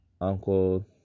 uncle